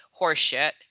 horseshit